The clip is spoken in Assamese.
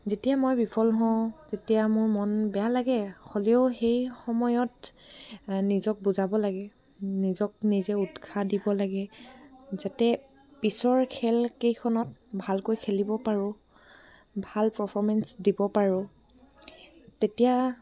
যেতিয়া মই বিফল হওঁ তেতিয়া মোৰ মন বেয়া লাগে হ'লেও সেই সময়ত নিজক বুজাব লাগে নিজক নিজে উৎসাহ দিব লাগে যাতে পিছৰ খেলকেইখনত ভালকৈ খেলিব পাৰোঁ ভাল পাৰফৰ্মেঞ্চ দিব পাৰোঁ তেতিয়া